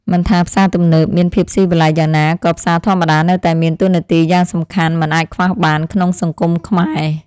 មិនថាផ្សារទំនើបមានភាពស៊ីវិល័យយ៉ាងណាក៏ផ្សារធម្មតានៅតែមានតួនាទីយ៉ាងសំខាន់មិនអាចខ្វះបានក្នុងសង្គមខ្មែរ។